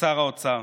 לשר האוצר.